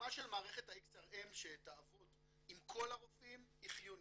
קיומה של מערכת ה-XRM שתעבוד עם כל הרופאים היא חיונית.